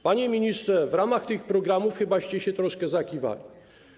Panie ministrze, w ramach tych programów chyba się troszkę zakiwaliście.